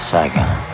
Saigon